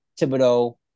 Thibodeau